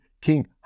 King